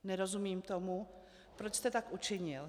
Nerozumím tomu, proč jste tak učinil.